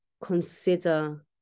consider